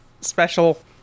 special